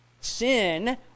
Sin